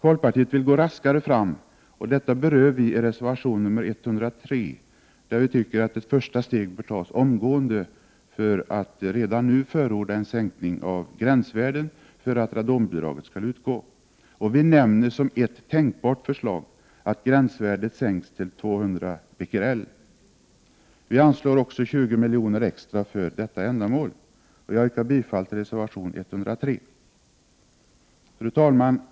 Folkpartiet vill gå raskare fram, och detta berör vi i reservation 103 där vi tycker att ett första steg bör tas omgående för att redan nu förorda en sänkning av gränsvärden för att radonbidrag skall utgå. Vi nämner som ett tänkbart förslag att gränsvärdet sänks till 200 Bq/m?. Vi anslår också 20 miljoner extra för detta ändamål. Jag yrkar bifall till reservation 103. Fru talman!